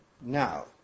Now